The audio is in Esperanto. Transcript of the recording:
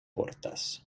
portas